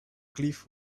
cliff